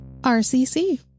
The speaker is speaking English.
rcc